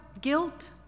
guilt